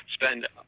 spend